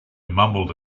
mumbled